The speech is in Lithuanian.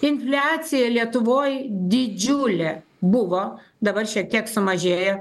infliacija lietuvoj didžiulė buvo dabar šiek tiek sumažėjo